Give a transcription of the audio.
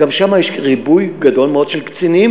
גם שם יש ריבוי גדול מאוד של קצינים,